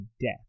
Death